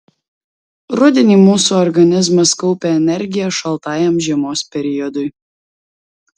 rudenį mūsų organizmas kaupia energiją šaltajam žiemos periodui